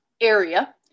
area